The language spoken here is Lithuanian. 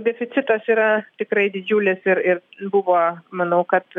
deficitas yra tikrai didžiulis ir ir buvo manau kad